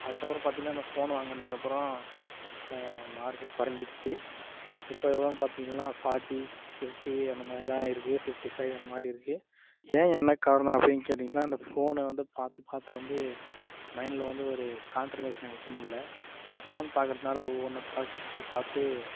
அதுக்கப்புறம் பார்த்தீங்கள்னா அந்த ஃபோன் வாங்கினதுக்கு அப்புறம் என் மார்க்கே கொறைஞ்சிச்சி இப்போது எவ்வளோனு பார்த்தீங்கள்னா ஃபார்ட்டி ஃபிஃப்டி அந்த மாதிரி தான் இருக்குது ஃபிஃப்டி ஃபைவ் அந்த மாதிரி இருக்குது ஏன் என்ன காரணம் அப்படின்னு கேட்டீங்கன்னால் அந்த ஃபோனை வந்து பார்த்து பார்த்து வந்து மைண்டில் வந்து ஒரு கான்ட்ரேவேஷன் வைக்க முடில இந்த ஃபோன் பார்க்கறதுனால ஒவ்வொன்றை பார்க்கறதுக்கு பார்த்து